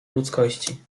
ludzkości